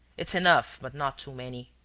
it's enough, but not too many.